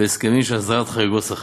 בהסכמים של הסדרת חריגות שכר.